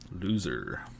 Loser